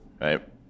Right